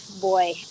boy